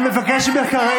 אני מבקש ממך כרגע,